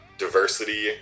Diversity